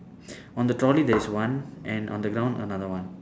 on the trolley there is one and on the ground another one